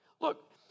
look